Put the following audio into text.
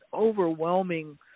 overwhelming